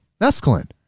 mescaline